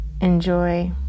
Enjoy